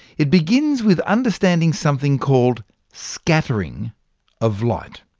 it begins with understanding something called scattering of light.